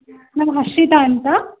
ನಾನು ಹರ್ಷಿತಾ ಅಂತ